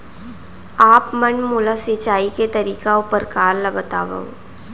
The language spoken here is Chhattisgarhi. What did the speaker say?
आप मन मोला सिंचाई के तरीका अऊ प्रकार ल बतावव?